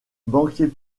banquier